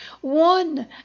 One